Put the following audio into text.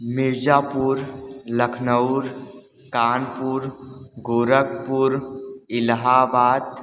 Mirzapur Lucknow Kanpur Gorakhpur Allahabad